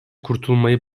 kurtulmayı